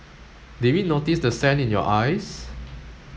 did we notice the sand in your eyes